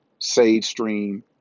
SageStream